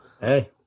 Hey